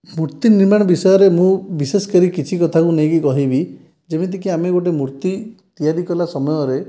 ମୂର୍ତ୍ତି ନିର୍ମାଣ ବିଷୟରେ ମୁଁ ବିଶେଷ କରି କିଛି କଥାକୁ ନେଇକି କହିବି ଯେମିତିକି ଆମେ ଗୋଟିଏ ମୂର୍ତ୍ତି ତିଆରି କଲା ସମୟରେ